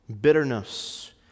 bitterness